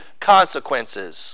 consequences